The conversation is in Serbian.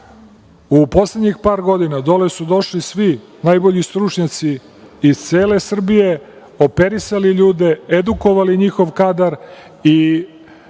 poslednjih par godina dole su došli svi najbolji stručnjaci iz cele Srbije, operisali ljude, edukovali njihov kadar i